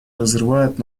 разрывает